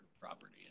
property